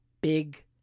big